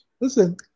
Listen